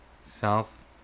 South